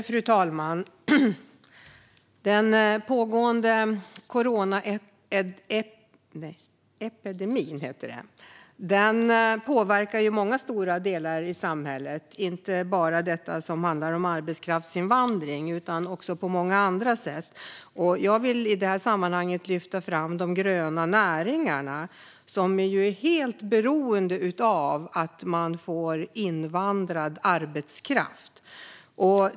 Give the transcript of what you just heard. Fru talman! Den pågående coronaepidemin påverkar många stora delar i samhället, inte bara detta som handlar om arbetskraftsinvandring. Jag vill i detta sammanhang lyfta fram de gröna näringarna, som är helt beroende av invandrad arbetskraft.